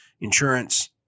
insurance